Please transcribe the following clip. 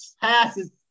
passes